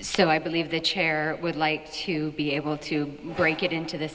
so i believe the chair would like to be able to break it into the